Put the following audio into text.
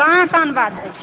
कहाँ कान बात दै छै